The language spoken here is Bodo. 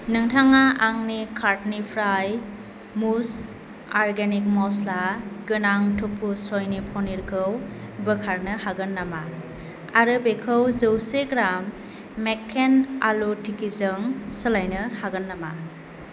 नोंथाङा आंनि कार्टनिफ्राय मुज अर्गेनिक मस्ला गोनां टफु सयनि पनिरखौ बोखारनो हागोन नामा आरो बेखौ जौसे ग्राम मेककैन आलु टिक्कीजों सोलायनो हागोन नामा